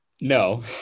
No